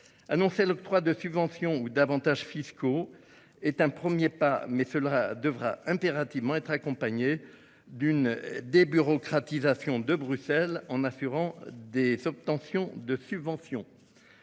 Annoncer l'octroi de subventions ou d'avantages fiscaux est un premier pas, mais cela devra impérativement être accompagné d'une débureaucratisation de Bruxelles en assurant des obtentions de subventions